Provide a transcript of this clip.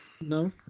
No